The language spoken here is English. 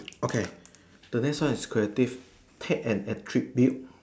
okay the next one is creative take and attribute